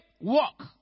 walk